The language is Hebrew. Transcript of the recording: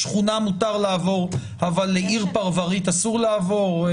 שכונה מותר לעבור אבל עיר פרברית אסור לעבור?